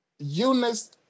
Eunice